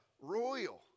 royal